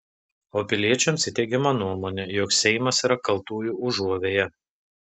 o piliečiams įteigiama nuomonė jog seimas yra kaltųjų užuovėja